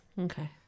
Okay